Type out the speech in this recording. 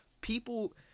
People